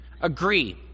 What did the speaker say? agree